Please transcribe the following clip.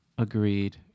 Agreed